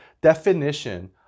definition